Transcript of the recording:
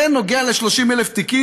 זה נוגע ל-30,000 תיקים?